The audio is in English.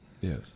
Yes